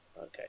Okay